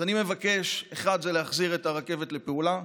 אז אני מבקש: 1. להחזיר את הרכבת לפעולה,